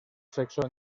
sexo